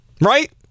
right